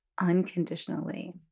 unconditionally